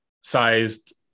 sized